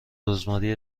رزماری